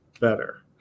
better